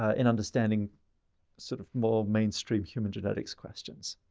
in understanding sort of more mainstream human genetics' questions.